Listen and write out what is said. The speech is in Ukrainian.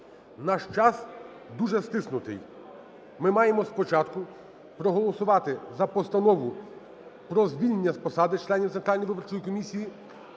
Наш час дуже стиснутий. Ми маємо спочатку проголосувати за Постанову про звільнення з посади членів